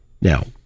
Now